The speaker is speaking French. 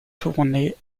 tournée